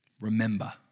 Remember